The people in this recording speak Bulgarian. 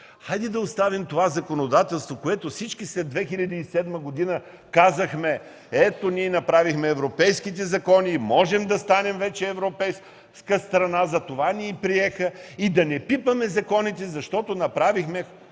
Хайде да оставим това законодателство, за което всички след 2007 г. казахме: „Ето, ние направихме европейските закони. Можем да станем вече европейска страна, затова ни и приеха, и да не пипаме законите, защото направихме